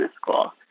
school